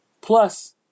Plus